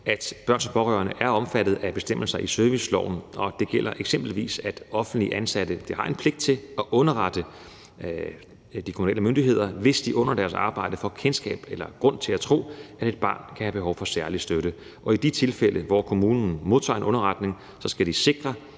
at børn som pårørende er omfattet af bestemmelser i serviceloven, og det gælder eksempelvis, at offentligt ansatte har en pligt til at underrette de kommunale myndigheder, hvis de under deres arbejde får kendskab til eller grund til at tro, at et barn kan have behov for særlig støtte. I de tilfælde, hvor kommunen modtager en underretning, skal de sikre,